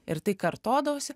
ir tai kartodavosi